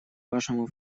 вашему